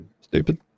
stupid